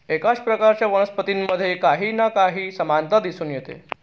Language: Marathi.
एकाच प्रकारच्या वनस्पतींमध्ये काही ना काही समानता दिसून येते